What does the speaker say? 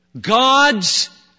God's